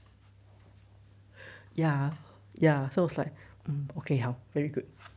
ya ya so I was like okay 好 very good